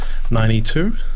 92